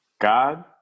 God